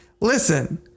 listen